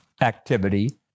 activity